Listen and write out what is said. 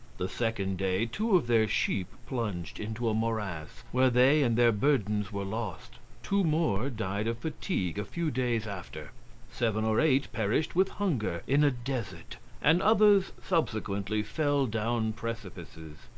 the second day two of their sheep plunged into a morass, where they and their burdens were lost two more died of fatigue a few days after seven or eight perished with hunger in a desert and others subsequently fell down precipices.